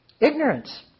Ignorance